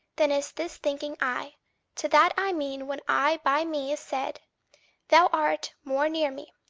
than is this thinking i to that i mean when i by me is said thou art more near me,